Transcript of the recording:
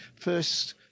first